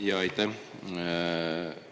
Suur tänu!